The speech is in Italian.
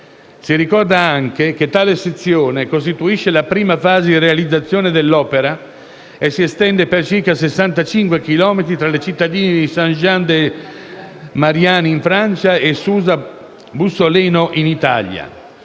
Si ricorda anche che tale sezione costituisce la prima fase di realizzazione dell'opera e si estende per circa 65 chilometri fra le cittadine di Saint-Jean-de-Maurienne in Francia e Susa/Bussoleno in Italia.